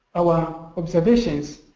our observations,